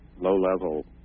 low-level